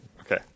Okay